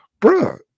Bruh